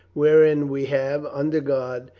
wherein we have, under god,